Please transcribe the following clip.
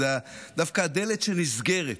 זאת דווקא הדלת שנסגרת